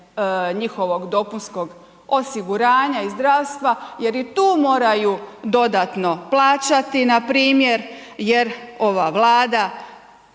njihovog dopunskog osiguranja i zdravstva, jer i tu moraju dodatno plaćati na primjer, jer ova Vlada,